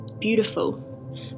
beautiful